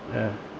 ya